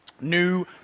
new